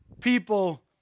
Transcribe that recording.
people